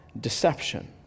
deception